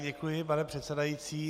Děkuji, pane předsedající.